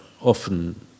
often